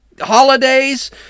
Holidays